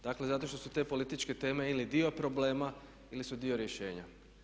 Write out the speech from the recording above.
Dakle, zato što su te političke teme ili dio problema ili su dio rješenja.